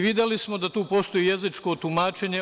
Videli smo da tu postoji jezičko tumačenje.